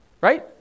right